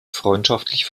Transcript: freundschaftlich